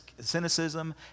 cynicism